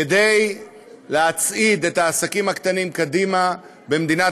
כדי להצעיד את העסקים הקטנים קדימה במדינת